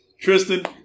Tristan